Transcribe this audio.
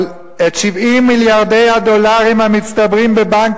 אבל את 70 מיליארדי הדולרים המצטברים בבנק